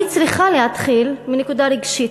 אני צריכה להתחיל מנקודה רגשית,